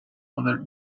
other